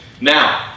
Now